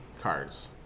cards